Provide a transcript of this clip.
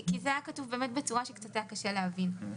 זה היה כתוב בצורה שהיה קשה קצת להבין.